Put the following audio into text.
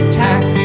tax